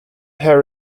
her